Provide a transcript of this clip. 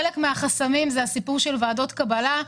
חלק מהחסמים זה הסיפור של ועדות קבלה.